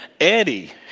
Eddie